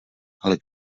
ale